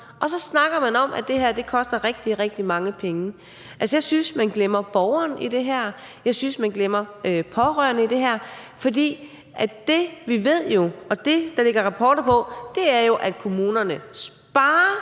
Og så snakker man om, at det her koster rigtig, rigtig mange penge. Jeg synes, man glemmer borgeren i det her, og jeg synes, man glemmer de pårørende i det her, for det, vi jo ved, og det, der ligger rapporter om, er, at kommunerne sparer